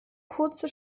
kurze